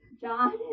John